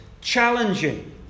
challenging